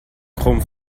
chrome